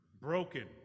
Broken